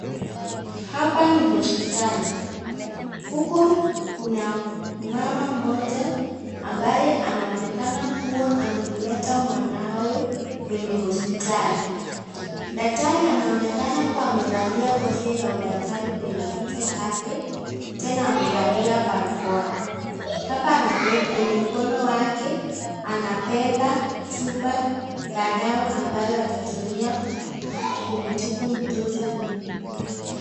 Hapa ni hospitali huku kuna mama mmoja ambaye anaonekana kuwa amemleta mwanawe kwenye hospitali. Daktari anaonekana kuwa amevalia kofia ya udaktari kwenye kichwa chake, tena amevalia barakoa. Kwenye mkono wake amebeba chupa ya dawa ambayo atatumia kumtibu mtoto huyo.